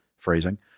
phrasing